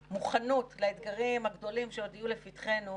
אני לקחתי את זה כי הדוגמה הזאת ניתנה כאן לעניין בחינת היישובים.